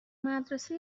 مدرسه